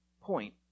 point